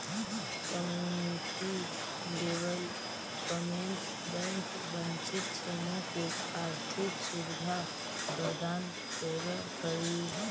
community development bank वंचित समूह के आर्थिक सुविधा प्रदान करऽ हइ